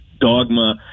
dogma